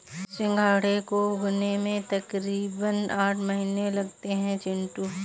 सिंघाड़े को उगने में तकरीबन आठ महीने लगते हैं चिंटू